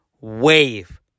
wave